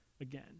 again